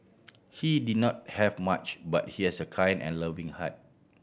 he did not have much but he has a kind and loving heart